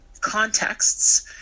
contexts